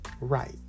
right